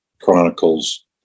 chronicles